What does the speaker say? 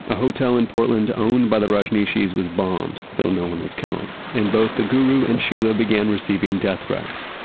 a hotel in portland owned by the rajneeshis was bombed, though no one was killed, and both the guru and sheela began receiving death threats.